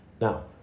now